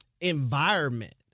environment